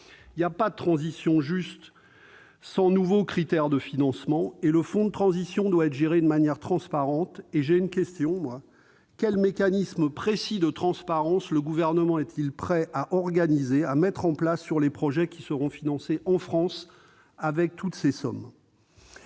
Il n'y a pas de transition juste sans nouveaux critères de financement. Le fonds de transition juste doit être géré de manière transparente. À cet égard, quel mécanisme précis de transparence le Gouvernement est-il prêt à mettre en place pour les projets qui seront financés en France avec cet argent ?